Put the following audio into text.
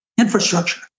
infrastructure